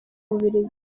bubiligi